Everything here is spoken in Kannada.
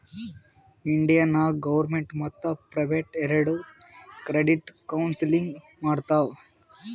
ಇಂಡಿಯಾ ನಾಗ್ ಗೌರ್ಮೆಂಟ್ ಮತ್ತ ಪ್ರೈವೇಟ್ ಎರೆಡು ಕ್ರೆಡಿಟ್ ಕೌನ್ಸಲಿಂಗ್ ಮಾಡ್ತಾವ್